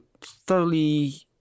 thoroughly